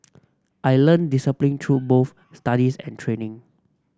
I learnt discipline through both studies and training